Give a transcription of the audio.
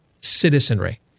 citizenry